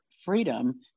freedom